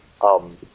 Um